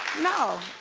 no.